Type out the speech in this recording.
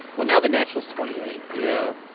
well now the nationals twenty eight yeah.